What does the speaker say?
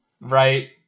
Right